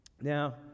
Now